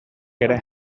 ere